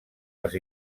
les